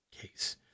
case